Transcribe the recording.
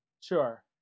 Sure